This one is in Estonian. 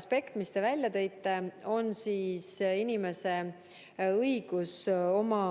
aspekt, mis te välja tõite, on inimese õigus oma